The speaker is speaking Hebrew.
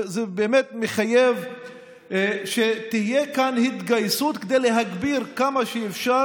זה באמת מחייב שתהיה כאן התגייסות כדי להגביר כמה שאפשר,